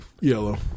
Yellow